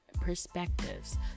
perspectives